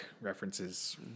references